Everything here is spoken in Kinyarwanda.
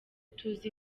tuzi